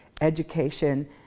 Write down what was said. education